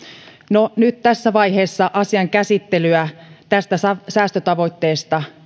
no nyt tässä vaiheessa asian käsittelyä tästä säästötavoitteesta